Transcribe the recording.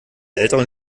älteren